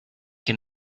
can